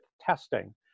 testing